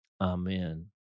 amen